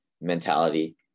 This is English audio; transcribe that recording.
mentality